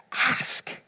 ask